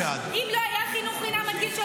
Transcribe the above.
אין הצדקה לאפליה בין אזרחים לסטודנטים.